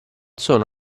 solo